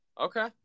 Okay